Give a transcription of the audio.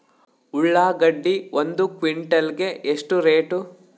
ಉಳ್ಳಾಗಡ್ಡಿ ಒಂದು ಕ್ವಿಂಟಾಲ್ ಗೆ ಎಷ್ಟು ರೇಟು?